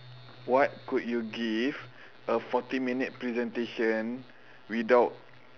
what could you give a forty minute presentation without